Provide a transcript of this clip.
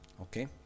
Okay